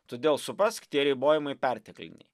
todėl suprask tie ribojimai pertekliniai